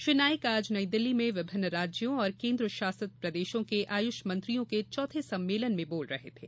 श्री नाईक आज नई दिल्ली में विभिन्न राज्यों और केन्द्रशासित प्रदेशों के आयुष मंत्रियों के चौथे सम्मेलन में बोल रहे थे